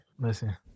Listen